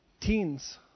Teens